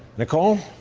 nicole?